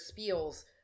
spiels